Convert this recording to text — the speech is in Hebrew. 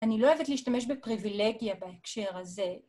אני לא אוהבת להשתמש בפריבילגיה בהקשר הזה.